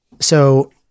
So-